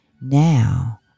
Now